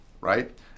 right